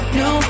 no